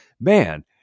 Man